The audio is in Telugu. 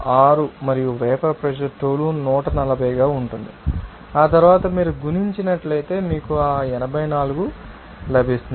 6 మరియు వేపర్ ప్రెషర్ టోలున్ 140 గా ఉంటుంది ఆ తర్వాత మీరు గుణించినట్లయితే మీకు ఆ 84 లభిస్తుంది